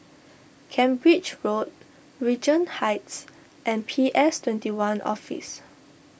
Cambridge Road Regent Heights and P S twenty one Office